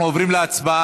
אנחנו עוברים להצבעה.